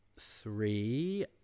three